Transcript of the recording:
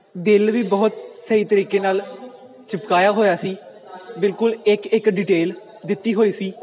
bill ਵੀ ਬਹੁਤ ਸਹੀ ਤਰੀਕੇ ਨਾਲ ਚਿਪਕਾਇਆ ਹੋਇਆ ਸੀ ਬਿਲਕੁਲ ਇੱਕ ਇੱਕ ਡਿਟੇਲ ਦਿੱਤੀ ਹੋਈ ਸੀ